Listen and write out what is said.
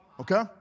Okay